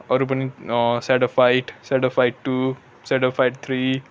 अरू पनि shadow fight shadow fight two shadow fight three